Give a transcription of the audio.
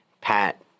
Pat